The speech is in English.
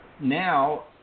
now